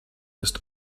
ist